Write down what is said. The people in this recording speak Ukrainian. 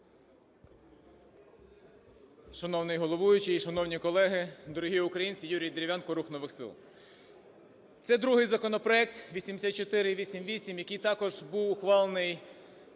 Шановний головуючий і шановні колеги! Дорогі українці! Юрій Дерев'янко, "Рух нових сил". Це другий законопроект 8488, який також був ухвалений